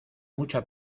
mucha